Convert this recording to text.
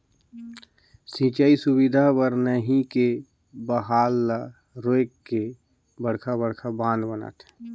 सिंचई सुबिधा बर नही के बहाल ल रोयक के बड़खा बड़खा बांध बनाथे